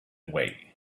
way